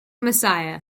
messiah